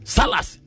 Salas